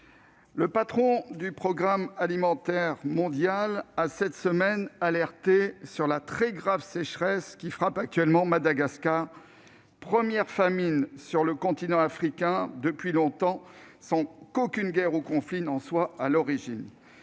le patron du Programme alimentaire mondial (PAM) a, cette semaine, alerté sur la très grave sécheresse qui frappe actuellement Madagascar, entraînant la première famine sur le continent africain depuis longtemps, sans qu'aucune guerre ou conflit n'en soit à l'origine.